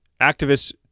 activists